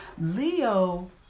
Leo